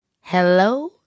Hello